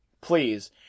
please